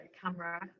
camera